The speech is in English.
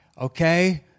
Okay